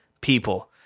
people